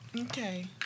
Okay